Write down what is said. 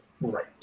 Right